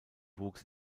wuchs